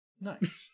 Nice